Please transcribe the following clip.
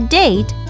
date